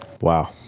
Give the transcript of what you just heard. Wow